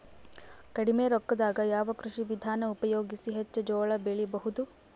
ಕಡಿಮಿ ರೊಕ್ಕದಾಗ ಯಾವ ಕೃಷಿ ವಿಧಾನ ಉಪಯೋಗಿಸಿ ಹೆಚ್ಚ ಜೋಳ ಬೆಳಿ ಬಹುದ?